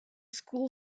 school